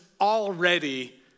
already